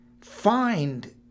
find